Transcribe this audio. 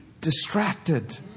distracted